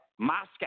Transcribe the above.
Moscow